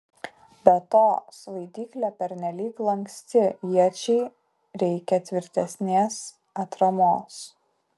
be to svaidyklė pernelyg lanksti iečiai reikia tvirtesnės atramos